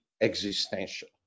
existential